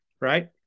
Right